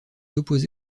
opposé